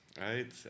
right